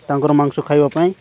ତାଙ୍କର ମାଂସ ଖାଇବା ପାଇଁ